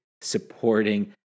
supporting